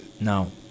Now